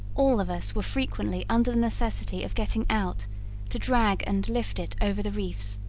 all of us were frequently under the necessity of getting out to drag and lift it over the reefs.